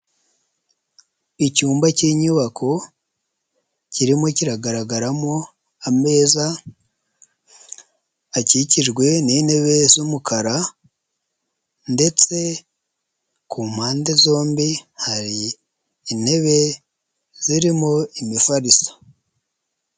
Icyumba cy'inyubako kirimo kiragaragaramo ameza akikijwe n'intebe z'umukara, ndetse ku mpande zombi hari intebe zirimo imifariso.